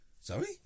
Sorry